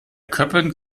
köppen